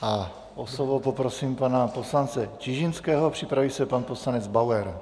A o slovo poprosím pana poslance Čižinského, připraví se pan poslanec Bauer.